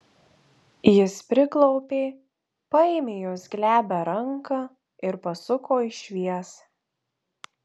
jis priklaupė paėmė jos glebią ranką ir pasuko į šviesą